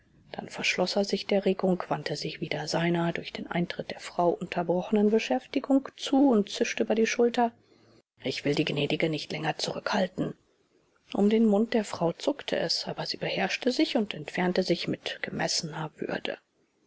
dann verschloß er sich der regung wandte sich wieder seiner durch den eintritt der frau unterbrochenen beschäftigung zu und zischte über die schulter ich will die gnädige nicht länger zurückhalten um den mund der frau zuckte es aber sie beherrschte sich und entfernte sich mit gemessener würde